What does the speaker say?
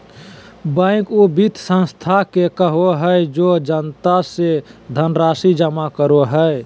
bank उ वित संस्था के कहो हइ जे जनता से धनराशि जमा करो हइ